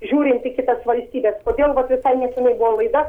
žiūrint į kitas valstybes kodėl visai nesenai buvo laida